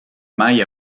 mai